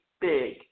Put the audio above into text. big